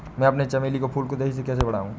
मैं अपने चमेली के फूल को तेजी से कैसे बढाऊं?